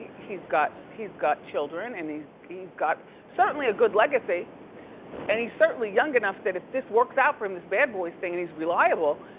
he's got he's got children and he's he's got certainly a good legacy and he's certainly young enough that if this works out for him, this bad boys thing, and he's reliable,